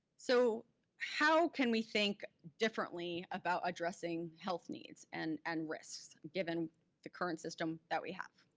so how can we think differently about addressing health needs and and risks given the current system that we have?